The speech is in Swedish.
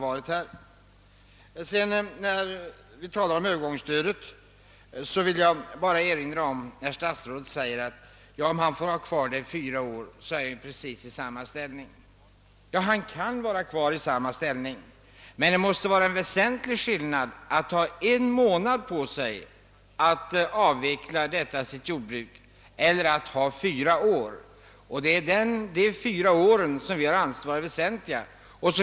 Vad övergångsstödet beträffar framhöll statsrådet att även om en småbrukare får ha det kvar i fyra år är han sedan kanske i samma ställning som nu. Men det måste vara en väsentlig skillnad mellan att ha en månad på sig att avveckla sitt jordbruk och att ha fyra år. Vi har ansett att en sådan fyraårsperiod är väsentlig.